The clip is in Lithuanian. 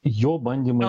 jo bandymai